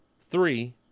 three